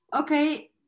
Okay